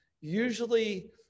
usually